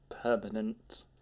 permanent